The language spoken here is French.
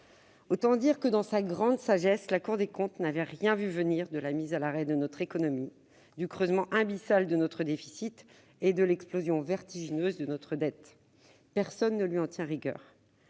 comptes, dans sa grande sagesse, n'avait rien vu venir de la mise à l'arrêt de notre économie, du creusement abyssal de notre déficit et de l'explosion vertigineuse de notre dette. Personne ne lui en tient rigueur.